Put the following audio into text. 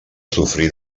sofrir